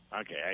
okay